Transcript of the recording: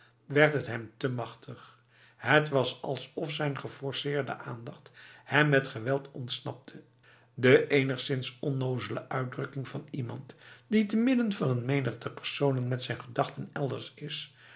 werd het hem te machtig het was alsof zijn geforceerde aandacht hem met geweld ontsnapte de enigszins onnozele uitdrukking van iemand die te midden van een menigte personen met zijn gedachten elders is